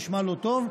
זה נשמע לא טוב,